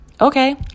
okay